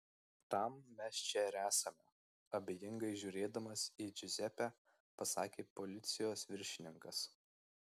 tam mes čia ir esame abejingai žiūrėdamas į džiuzepę pasakė policijos viršininkas